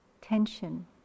tension